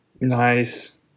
Nice